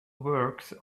works